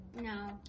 No